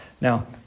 Now